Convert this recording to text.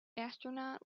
astronaut